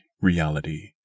reality